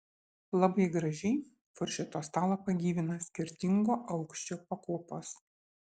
labai gražiai furšeto stalą pagyvina skirtingo aukščio pakopos